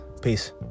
Peace